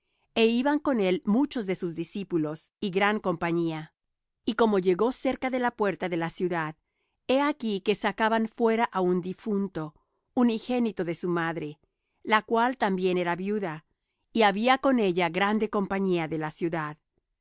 é iban con él muchos de sus discípulos y gran compañía y como llegó cerca de la puerta de la ciudad he aquí que sacaban fuera á un difunto unigénito de su madre la cual también era viuda y había con ella grande compañía de la ciudad